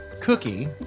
cookie